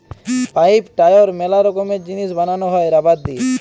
pipe, tyre ম্যালা রকমের জিনিস বানানো হ্যয় রাবার দিয়ে